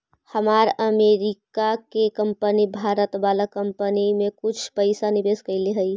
हमार अमरीका के कंपनी भारत वाला कंपनी में कुछ पइसा निवेश कैले हइ